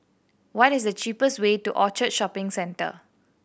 what is the cheapest way to Orchard Shopping Centre